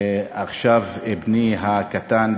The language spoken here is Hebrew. עכשיו בני הקטן,